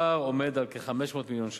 הפער עומד על כ-500 מיליון ש"ח.